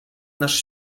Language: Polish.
nasz